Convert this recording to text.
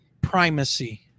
primacy